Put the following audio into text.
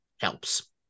helps